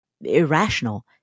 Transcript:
irrational